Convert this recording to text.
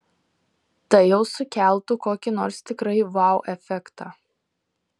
tai jau sukeltų kokį nors tikrai vau efektą